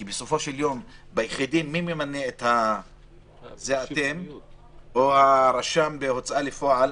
כי ביחידים אתם ממנים או הרשם בהוצאה לפועל,